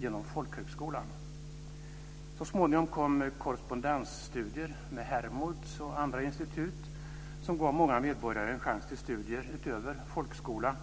genom folkhögskolan. Så småningom kom korrespondensstudier med Hermods och andra institut som gav många medborgare en chans till studier utöver folkskola.